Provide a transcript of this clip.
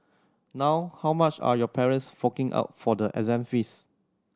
now how much are your parents forking out for the exam fees